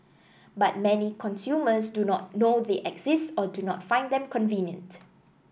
but many consumers do not know they exist or do not find them convenient